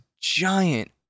giant